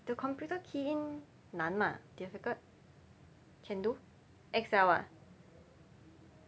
the computer key in 难吗 ah difficult can do excel ah